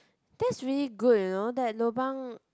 that's really good you know that lobang